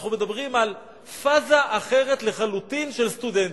אנחנו מדברים על פאזה אחרת לחלוטין של סטודנטים.